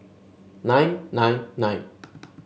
nine nine nine